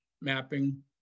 mapping